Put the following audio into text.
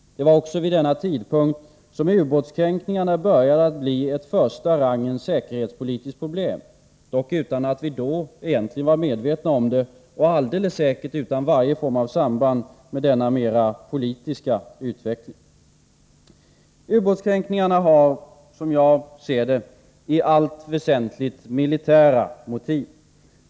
Det var också vid denna tidpunkt som ubåtskränkningarna började bli ett första rangens säkerhetspolitiskt problem — dock utan att vi då egentligen var medvetna om det, och alldeles säkert utan varje form av samband med denna mer politiska utveckling. Ubåtskränkningarna har, som jag ser det, i allt väsentligt militära motiv.